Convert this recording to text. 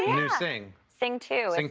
sing sing two. and